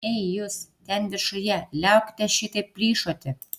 ei jūs ten viršuje liaukitės šitaip plyšoti